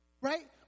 right